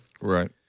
Right